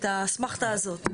את האסמכתה הזאת.